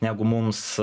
negu mums